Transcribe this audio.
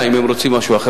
זה ועדת חינוך,